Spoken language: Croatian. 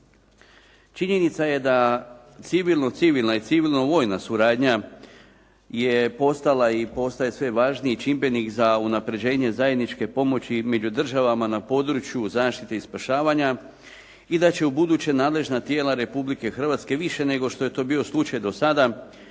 Činjenica je da civilno civilna i civilno vojna suradnja je postala i postaje sve važniji čimbenik za unapređenje zajedničke pomoći među državama na području zaštite i spašavanja i da će ubuduće nadležna tijela Republike Hrvatske više nego što je to bio slučaj do sada